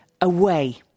away